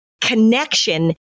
Connection